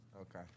Okay